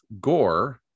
gore